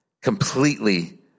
completely